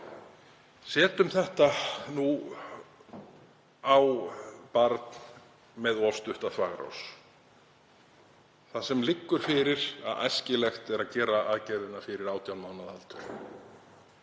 Setjum þetta nú á barn með of stutta þvagrás þar sem liggur fyrir að æskilegt er að gera aðgerðina fyrir 18 mánaða aldur.